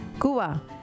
Cuba